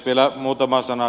vielä muutama sana